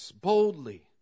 boldly